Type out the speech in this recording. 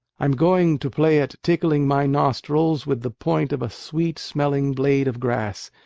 i'm going to play at tickling my nostrils with the point of a sweet-smelling blade of grass,